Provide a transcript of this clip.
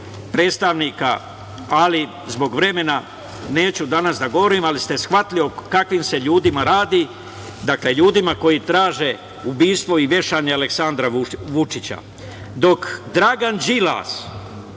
predstavnika, ali zbog vremena neću danas da govorim, ali ste shvatili o kakvim se ljudima radi. Dakle, ljudima koji traže ubistvo i vešanje Aleksandra Vučića. Dok Dragan Đilas,